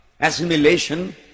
assimilation